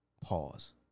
Pause